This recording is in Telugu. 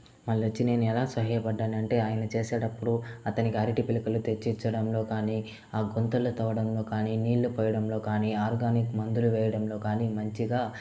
మళ్ళీ వచ్చి నేను ఎలా సహాయపడ్డాను అంటే ఆయన చేసేటప్పుడు అతనికి అరటి పిలకలు తెచ్చించడంలో గాని ఆ గుంతలు తవ్వడంలో గాని నీళ్లు పోయడంలో గాని ఆర్గానిక్ మందులు వేయడంలో గాని మంచిగా